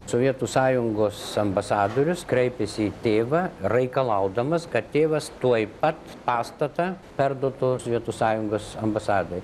sovietų sąjungos ambasadorius kreipėsi į tėvą reikalaudamas kad tėvas tuoj pat pastatą perduotų sovietų sąjungos ambasadai